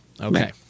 Okay